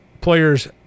players